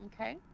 okay